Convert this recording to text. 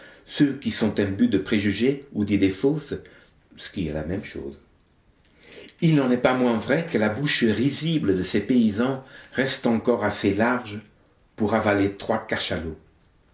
ceux qui sont imbus de préjugés ou d'idées fausses ce qui est la même chose il n'en est pas moins vrai que la bouche risible de ces paysans reste encore assez large pour avaler trois cachalots